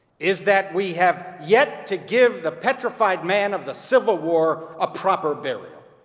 is that we have yet to give the petrified man of the civil war a proper burial.